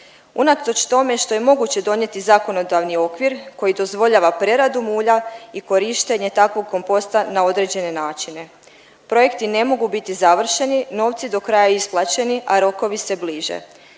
Unatoč tome što je moguće donijeti zakonodavni okvir koji dozvoljava preradu mulja i korištenje takvog komposta na određene načine, projekti ne mogu biti završeni, novci do kraja isplaćeni, a rokovi se bliže.